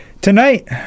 Tonight